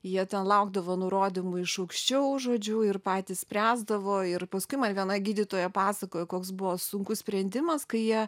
jie ten laukdavo nurodymų iš aukščiau žodžiu ir patys spręsdavo ir paskui man viena gydytoja pasakojo koks buvo sunkus sprendimas kai jie